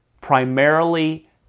primarily